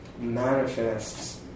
manifests